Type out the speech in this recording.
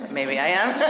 maybe i am.